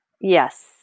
Yes